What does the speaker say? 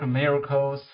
miracles